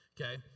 Okay